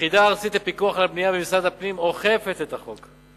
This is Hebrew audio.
היחידה הארצית לפיקוח על הבנייה במשרד הפנים אוכפת את החוק,